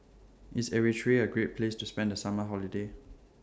IS Eritrea A Great Place to spend The Summer Holiday